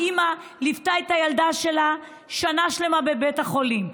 האימא ליוותה את הילדה שלה שנה שלמה בבית החולים,